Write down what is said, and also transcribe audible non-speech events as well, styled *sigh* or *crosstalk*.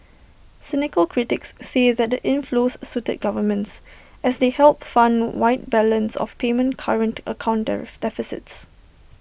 cynical critics say that the inflows suited governments as they helped fund wide balance of payment current account *unintelligible* deficits